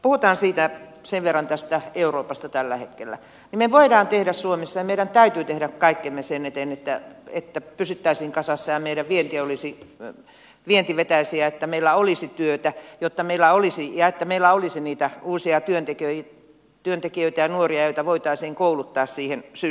kun puhutaan sen verran tästä euroopasta tällä hetkellä niin me voimme tehdä suomessa ja meidän täytyy tehdä kaikkemme sen eteen että pysyttäisiin kasassa ja meidän vientimme vetäisi ja että meillä olisi työtä ja että meillä olisi niitä uusia työntekijöitä ja nuoria joita voitaisiin kouluttaa siihen systeemiin